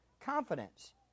confidence